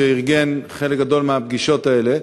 שארגן חלק גדול מהפגישות האלה.